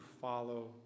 follow